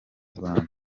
rwanda